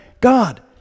God